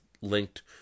linked